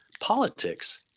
politics